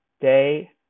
Day